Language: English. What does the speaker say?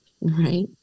Right